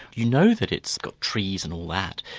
you know that it's got trees and all that,